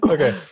Okay